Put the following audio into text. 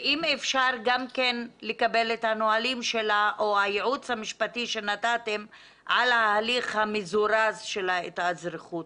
ואם אפשר גם לקבל את הייעוץ המשפטי שנתתם על ההליך המזורז של ההתאזרחות.